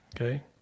Okay